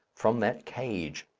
from that cage.